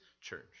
church